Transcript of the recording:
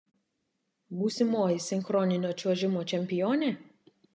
būsimoji sinchroninio čiuožimo čempionė